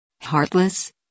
Heartless